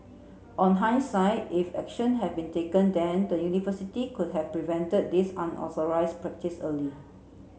on hindsight if action had been taken then the university could have prevented this unauthorised practice early